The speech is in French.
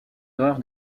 erreur